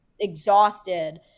exhausted